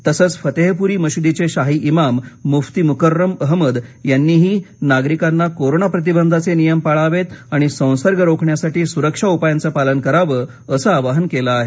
तसंच फतेहपुरी मशिदीचे शाही इमाम मुफ्ती मुकर्रम अहमद यांनीही नागरिकांना कोरोना प्रतिबंधाचे नियम पाळावेत आणि संसर्ग रोखण्यासाठी सुरक्षा उपायांच पालन करावं असं आवाहन केल आहे